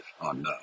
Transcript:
on